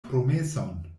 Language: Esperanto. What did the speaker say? promeson